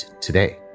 today